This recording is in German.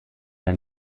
der